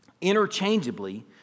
interchangeably